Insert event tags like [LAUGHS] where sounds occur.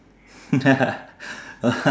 [LAUGHS]